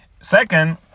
Second